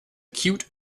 cute